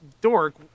dork